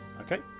Okay